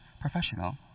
professional